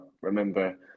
remember